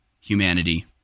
humanity